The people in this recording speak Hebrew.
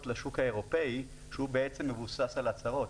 לשוק האירופאי שהוא בעצם מבוסס על הצהרות.